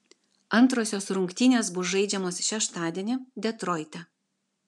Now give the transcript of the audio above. antrosios rungtynės bus žaidžiamos šeštadienį detroite